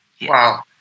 Wow